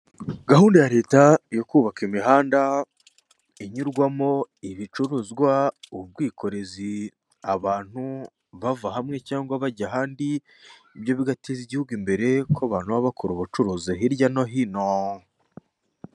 Gahunda ya Leta yo kubaka imihanda inyurwamo, ibicuruzwa, ubwikorezi, abantu bava hamwe cyangwa bajya ahandi, ibyo bigateza igihugu imbere kuko abantu baba bakora ubucuruzi hirya no hino.